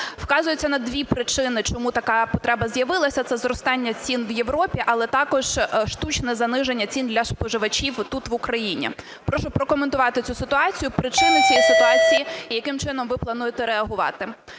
Вказується на дві причини, чому така потреба з'явилася: це зростання цін в Європі, але також штучне заниження цін для споживачів тут в Україні. Прошу прокоментувати цю ситуацію. Причини цієї ситуації? Яким чином ви плануєте реагувати?